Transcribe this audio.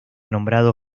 nombrado